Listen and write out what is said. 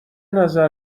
نظر